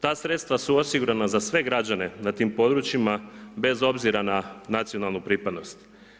Ta sredstva su osigurana za sve građane na tim područjima, bez obzira na nacionalnu pripadnost.